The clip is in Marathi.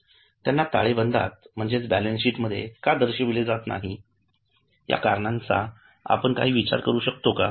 त्यांना ताळेबंदात का दर्शविले जात नाही या कारणांचा आपण विचार करू शकतो का